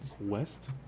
West